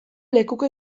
lekuko